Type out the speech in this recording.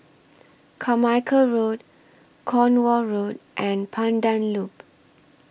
Carmichael Road Cornwall Road and Pandan Loop